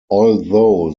although